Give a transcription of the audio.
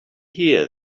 here